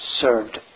served